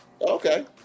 Okay